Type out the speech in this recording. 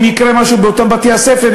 אם יקרה משהו באותם בתי-ספר,